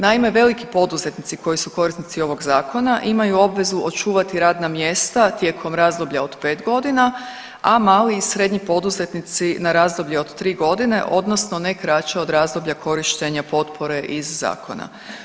Naime, veliki poduzetnici koji su korisnici ovog zakona imaju obvezu očuvati radna mjesta tijekom razdoblja od pet godina, a mali i srednji poduzetnici na razdoblje od tri godine odnosno ne kraće od razdoblja korištenja potpore iz zakona.